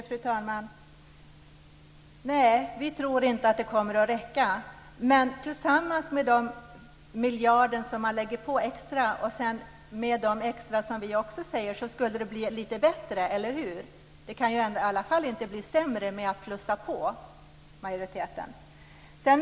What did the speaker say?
Fru talman! Nej, vi tror inte att det kommer att räcka. Men med den extra miljarden och de extra pengar som vi lägger på skulle det bli lite bättre. Eller hur? Det kan i alla fall inte bli sämre om man lägger på detta på majoritetens förslag.